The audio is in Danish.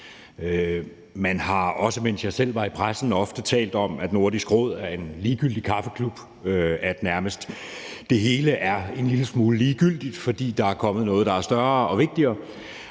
Man har, også mens jeg selv var i pressen, ofte talt om, at Nordisk Råd er en ligegyldig kaffeklub, at det hele nærmest er en lille smule ligegyldigt, fordi der er kommet noget, der er større og vigtigere,